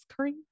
cream